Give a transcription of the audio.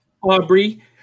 Aubrey